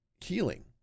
healing